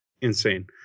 insane